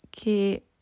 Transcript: che